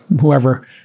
whoever